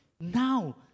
now